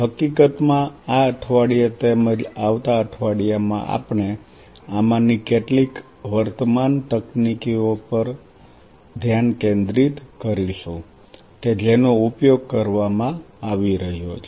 હકીકતમાં આ અઠવાડિયે તેમજ આવતા અઠવાડિયામાં આપણે આમાંની કેટલીક વર્તમાન તકનીકીઓ પર ધ્યાન કેન્દ્રિત કરીશું કે જેનો ઉપયોગ કરવામાં આવી રહ્યો છે